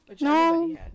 No